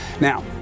Now